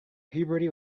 puberty